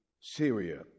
Syria